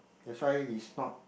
that's why he's not